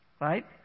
right